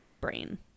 brain